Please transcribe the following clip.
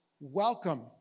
welcome